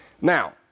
Now